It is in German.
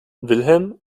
wilhelm